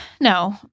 no